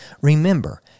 remember